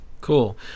cool